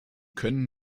können